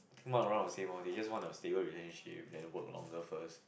think mine around the same lor they just want the stable relationship then work longer first